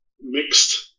mixed